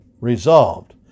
Resolved